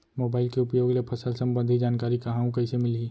Mobile के उपयोग ले फसल सम्बन्धी जानकारी कहाँ अऊ कइसे मिलही?